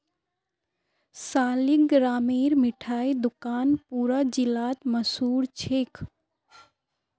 सालिगरामेर मिठाई दुकान पूरा जिलात मशहूर छेक